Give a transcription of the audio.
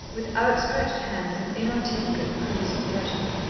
with outstretched hands and inarticulate coos of pleasure.